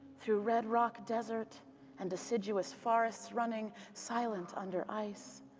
through red rock desert and deciduous forests, running silent under ice,